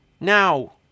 Now